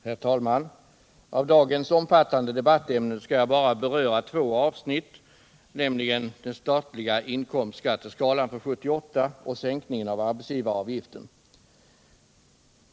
Herr talman! Av dagens omfattande debattämnen skall jag bara beröra två avsnitt, nämligen den statliga inkomstskatteskalan för 1978 och sänkningen av arbetsgivaravgiften.